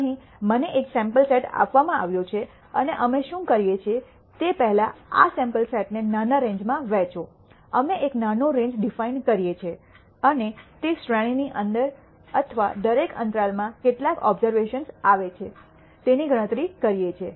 અહીં મને એક સેમ્પલ સેટ આપવામાં આવ્યો છે અને અમે શું કરીએ છીએ તે પહેલા આ સેમ્પલ સેટને નાના રેન્જમાં વહેંચો અમે એક નાનો રેન્જ ડિફાઇન કરીએ છીએ અને તે શ્રેણીની અંદર અથવા દરેક અંતરાલમાં કેટલા ઓબઝર્વેશન્સ આવે છે તેની ગણતરી કરીએ છીએ